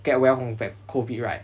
get well from like COVID right